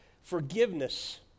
forgiveness